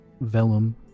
Vellum